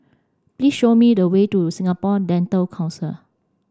please show me the way to Singapore Dental Council